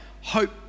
hope